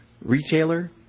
retailer